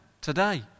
today